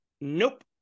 nope